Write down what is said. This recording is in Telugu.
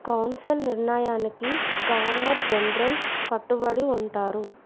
కౌన్సిల్ నిర్ణయానికి గవర్నర్ జనరల్ కట్టుబడి ఉంటారు